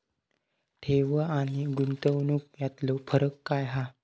ठेव आनी गुंतवणूक यातलो फरक काय हा?